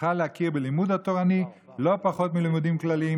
צריכה להכיר בלימוד התורני לא פחות מבלימודים כלליים,